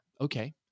okay